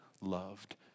loved